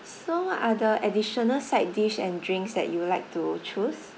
so what other additional side dish and drinks that you would like to choose